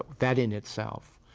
that in itself,